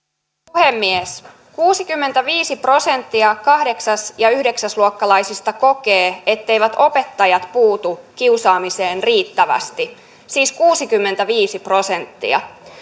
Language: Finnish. puhemies kuusikymmentäviisi prosenttia kahdeksas ja yhdeksäs luokkalaisista kokee etteivät opettajat puutu kiusaamiseen riittävästi siis kuusikymmentäviisi prosenttia